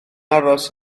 aros